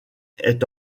est